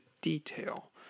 detail